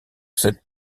cette